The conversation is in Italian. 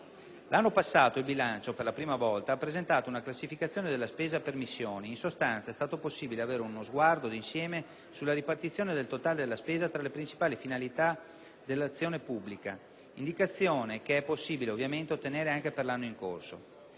L'anno passato il bilancio - per la prima volta - ha presentato una classificazione della spesa per missioni. In sostanza, è stato possibile avere uno sguardo d'insieme sulla ripartizione del totale della spesa tra le principali finalità dell'azione pubblica, indicazione che è possibile, ovviamente, ottenere anche per l'anno in corso.